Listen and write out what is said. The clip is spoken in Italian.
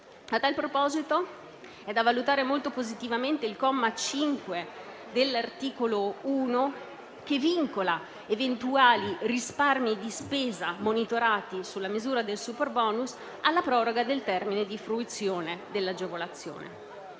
A tal proposito, è da valutare molto positivamente l'articolo 1, comma 5, che vincola eventuali risparmi di spesa monitorati sulla misura del superbonus alla proroga del termine di fruizione dell'agevolazione.